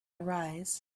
arise